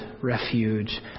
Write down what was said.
refuge